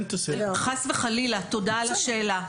לא חס וחלילה תודה על השאלה,